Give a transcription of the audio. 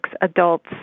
adults